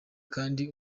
kandi